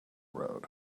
road